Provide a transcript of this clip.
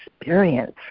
experience